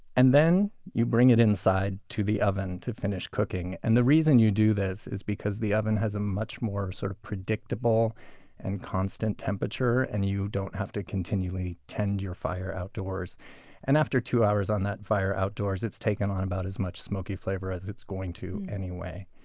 and then you bring it inside to the oven to finish cooking. and the reason you do this is because the oven has a much more sort of predictable and constant temperature, and you don't have to continually tend your fire outdoors and after about two hours on that fire outdoors, it's taken on about as much smoky flavor as it's going to anyway.